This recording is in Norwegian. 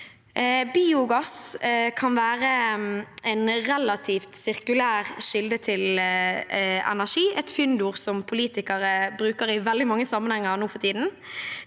Biogass kan være en relativt sirkulær kilde til energi – et fyndord som politikere bruker i veldig mange sammenhenger nå for tiden.